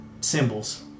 symbols